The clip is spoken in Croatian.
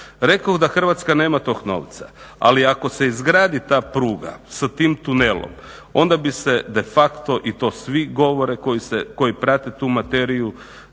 Rekoh da Hrvatska nema tog novca, ali ako se izgradi ta pruga s tim tunelom, onda bi se de facto i to svi govore koji prate tu materiju,